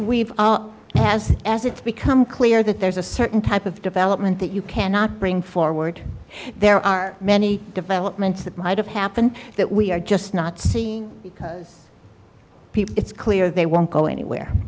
we've has as it's become clear that there's a certain type of development that you cannot bring forward there are many developments that might have happened that we are just not seeing because people it's clear they won't go anywhere